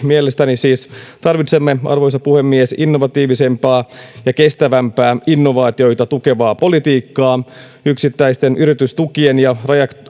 mielestäni siis tarvitsemme arvoisa puhemies innovatiivisempaa ja kestävämpää innovaatioita tukevaa politiikkaa yksittäisten yritystukien ja